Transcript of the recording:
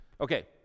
okay